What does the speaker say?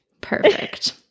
Perfect